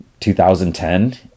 2010